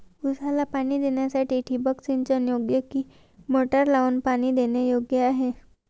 ऊसाला पाणी देण्यासाठी ठिबक सिंचन योग्य कि मोटर लावून पाणी देणे योग्य आहे?